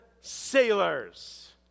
sailors